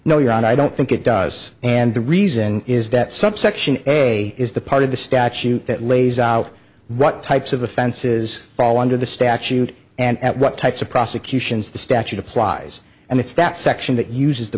no your honor i don't think it does and the reason is that subsection a is the part of the statute that lays out what types of offenses fall under the statute and at what types of prosecutions the statute applies and it's that section that uses the